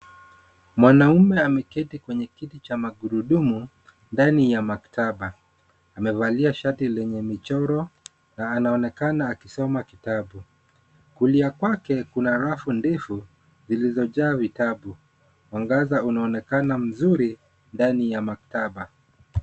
Mwanaume ameketi kwenye kiti cha magurudumu ndani ya maktaba. Amevalia shati lenye michoro na anaonekana akisoma kitabu. Kulia kwake, kuna rafu ndefu zilizojaa vitabu. Mwangaza unaonekana mzuri ndani ya maktaba.